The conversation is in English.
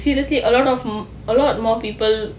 seriously a lot of a lot more people